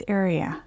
area